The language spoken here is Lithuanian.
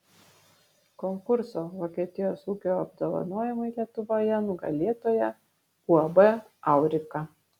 konkurso vokietijos ūkio apdovanojimai lietuvoje nugalėtoja uab aurika